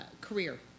career